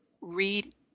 read